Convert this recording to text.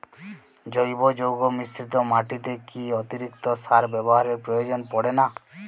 জৈব যৌগ মিশ্রিত মাটিতে কি অতিরিক্ত সার ব্যবহারের প্রয়োজন পড়ে না?